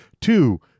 Two